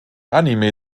anime